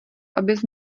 abys